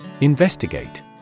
Investigate